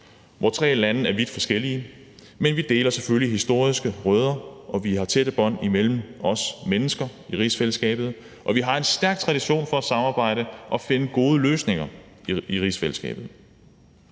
de tre lande er vidt forskellige, men vi deler selvfølgelig historiske rødder, og vi har tætte bånd mellem os mennesker i rigsfællesskabet, og vi har en stærk tradition for at samarbejde og finde gode løsninger i rigsfællesskabet.